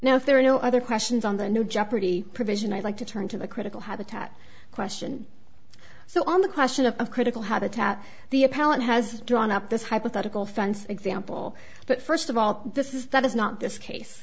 if there are no other questions on the new jeopardy provision i'd like to turn to the critical habitat question so on the question of critical habitat the appellant has drawn up this hypothetical fence example but first of all this is that is not this case